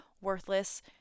worthless